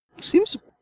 seems